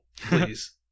please